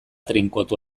trinkotu